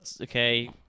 Okay